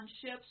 ships